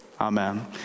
Amen